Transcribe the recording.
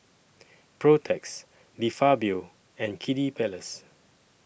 Protex De Fabio and Kiddy Palace